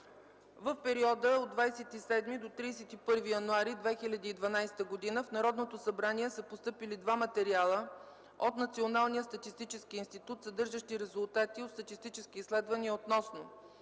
В периода от 27 до 31 януари 2012 г. в Народното събрание са постъпили два материала от Националния статистически институт, съдържащи резултати от статистически изследвания относно: